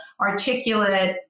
articulate